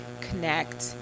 connect